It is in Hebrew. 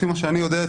לפי מה שאני יודע,